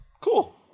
Cool